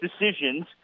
decisions